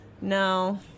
no